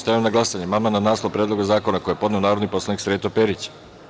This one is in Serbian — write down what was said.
Stavljam na glasanje amandman na naslov Predloga zakona koji je podneo narodni poslanik Sreto Perić.